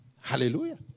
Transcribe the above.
Hallelujah